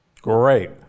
Great